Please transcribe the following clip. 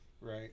Right